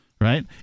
right